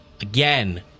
again